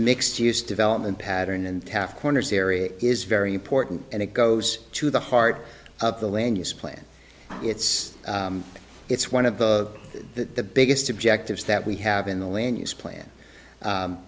mixed use development pattern and taft corners area is very important and it goes to the heart of the land use plan it's it's one of the that the biggest objectives that we have in the land use plan